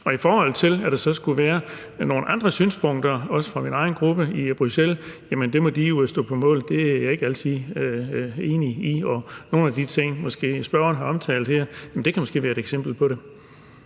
i Danmark. At der så skulle være nogle andre synspunkter, også fra min egen gruppe i Bruxelles, må de jo stå på mål for. Dem er jeg ikke altid enig i. Nogle af de ting, spørgeren har omtalt her, kan måske være et eksempel på det.